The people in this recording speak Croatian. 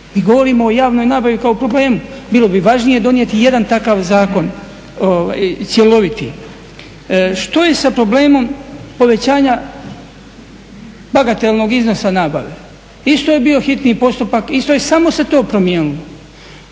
Mi govorimo o javnoj nabavi kao o problemu. Bilo bi važnije donijeti jedan takav zakon, cjeloviti. Što je sa problemom povećanja bagatelnog iznosa nabave? Isto je bio hitni postupak, isto je samo se to promijenilo.